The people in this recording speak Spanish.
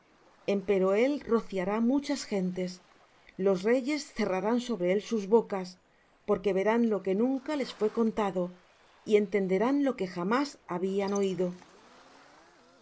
hombres empero él rociará muchas gentes los reyes cerrarán sobre él sus bocas porque verán lo que nunca les fué contado y entenderán lo que jamás habían oído